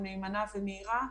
מהימנה ומהירה.